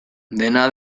dena